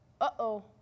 Uh-oh